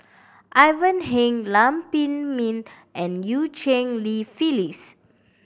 Ivan Heng Lam Pin Min and Eu Cheng Li Phyllis